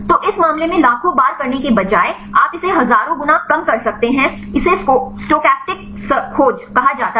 तो इस मामले में लाखों बार करने के बजाय आप इसे हजारों गुना कम कर सकते हैं इसे स्टोचस्टिक खोज कहा जाता है